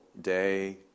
day